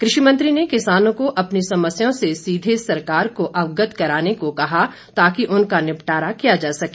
कृषि मंत्री ने किसानों को अपनी समस्याओं से सीधे सरकार को अवगत कराने को कहा ताकि उनका निपटारा किया जा सके